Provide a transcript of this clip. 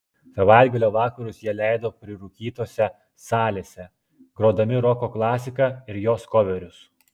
savaitgalio vakarus jie leido prirūkytose salėse grodami roko klasiką ir jos koverius